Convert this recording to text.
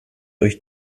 euch